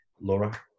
Laura